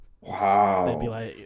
Wow